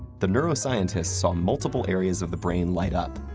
the neuroscientists saw multiple areas of the brain light up,